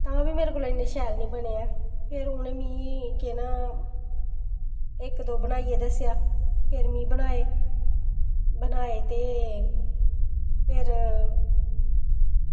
तां बी मेरे कोला इन्ने शैल निं बने ऐ फिर उनें मिगी केह् ना इक दो बनाइयै दस्सेआ फिर में बनाये बनाये ते फिर